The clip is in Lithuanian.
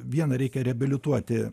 vieną reikia reabilituoti